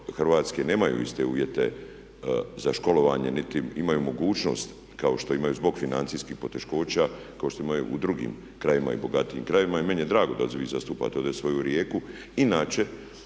Hrvatske nemaju iste uvjete za školovanje niti imaju mogućnost kao što imaju zbog financijskih poteškoća kap što imaju u drugim krajevima i bogatijim krajevima i meni je drago da ih vi zastupate ovdje svoju Rijeku.